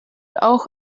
auch